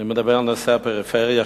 מדבר על נושא הפריפריה.